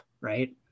right